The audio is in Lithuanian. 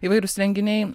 įvairūs renginiai